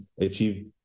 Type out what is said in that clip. achieve